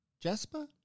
Jasper